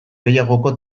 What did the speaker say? gehiagoko